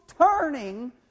turning